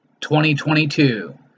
2022